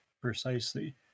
precisely